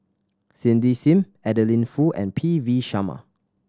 Cindy Sim Adeline Foo and P V Sharma